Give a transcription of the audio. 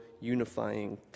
unifying